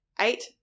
eight